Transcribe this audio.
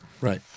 Right